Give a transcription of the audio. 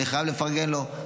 אני חייב לפרגן לו.